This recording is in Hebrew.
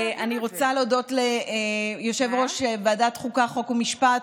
אני רוצה להודות ליושב-ראש ועדת החוקה, חוק ומשפט,